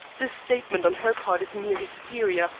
this statement on her part is mere hysteria,